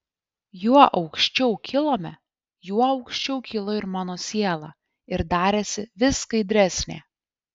juo aukščiau kilome juo aukščiau kilo ir mano siela ir darėsi vis skaidresnė